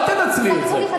אתה ארכי צבוע.